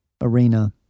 arena